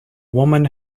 woman